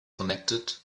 connected